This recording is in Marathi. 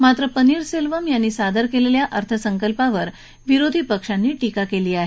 मात्र पनीरसेल्वम यांनी सादर केलेल्या अर्थसंकल्पावर विरोधी पक्षांनी टीका केली आहे